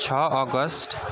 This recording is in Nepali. छ अगस्त